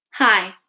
Hi